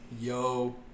Yo